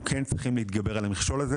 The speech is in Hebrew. אנחנו צריכים להתגבר על המכשול הזה,